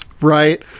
right